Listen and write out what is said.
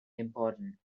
important